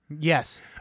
Yes